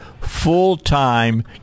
full-time